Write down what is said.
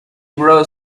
brought